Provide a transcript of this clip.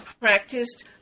practiced